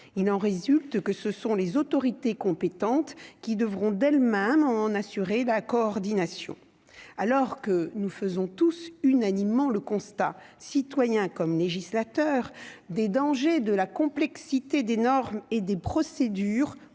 il en résulte que ce sont les autorités compétentes qui devront d'elles-mêmes en assurer la coordination alors que nous faisons tous unanimement le constat citoyen comme législateur des dangers de la complexité des normes et des procédures